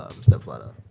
stepfather